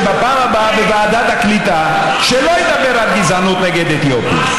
בפעם הבאה בוועדת הקליטה שלא ידבר על גזענות נגד אתיופים,